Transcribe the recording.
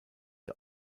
ihr